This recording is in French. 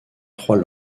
trois